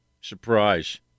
Surprise